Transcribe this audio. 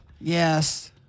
yes